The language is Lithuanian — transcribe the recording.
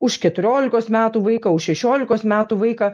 už keturiolikos metų vaiką už šešiolikos metų vaiką